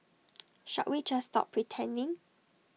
shall we just stop pretending